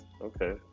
Okay